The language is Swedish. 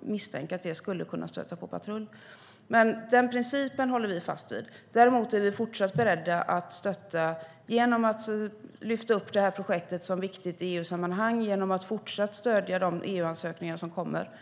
misstänker jag att det skulle kunna stöta på patrull. Denna princip håller vi alltså fast vid. Däremot är vi fortsatt beredda att stötta detta genom att lyfta fram det som ett viktigt projekt i EU-sammanhang och fortsätta att stödja de EU-ansökningar som kommer.